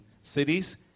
cities